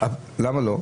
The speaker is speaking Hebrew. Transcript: למה לא?